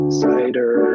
cider